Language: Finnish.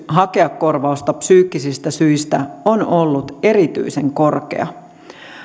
hakea korvausta psyykkisistä syistä on ollut erityisen korkea